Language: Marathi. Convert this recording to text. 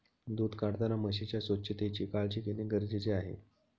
दूध काढताना म्हशीच्या स्वच्छतेची काळजी घेणे गरजेचे आहे